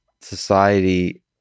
society